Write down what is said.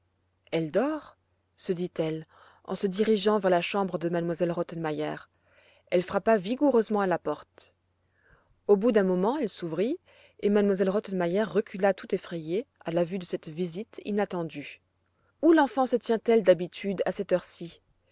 elle dort se dit-elle en se dirigeant vers la chambre de m elle rottenmeier elle frappa vigoureusement à la porte au bout d'un moment elle s'ouvrit et m elle rottenmeier recula tout effrayée à la vue de cette visite inattendue où l'enfant se tient-elle d'habitude à cette heure-ci